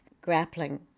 grappling